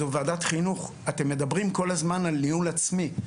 זו ועדת חינוך, אתם מדברים כל הזמן על ניהול עצמי.